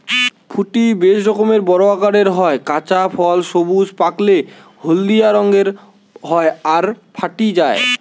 ফুটি বেশ বড় আকারের হয়, কাঁচা ফল সবুজ, পাকলে হলদিয়া রঙের হয় আর ফাটি যায়